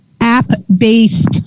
app-based